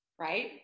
Right